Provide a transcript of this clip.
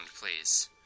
please